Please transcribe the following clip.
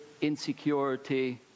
insecurity